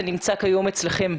היכן זה נמצא כיום אצלכם?